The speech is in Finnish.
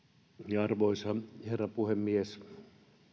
arvoisa herra puhemies